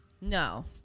No